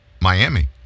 Miami